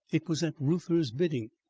it was at reuther's bidding.